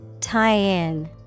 Tie-in